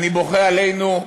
אני בוכה עלינו,